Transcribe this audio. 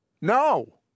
no